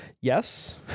Yes